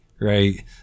right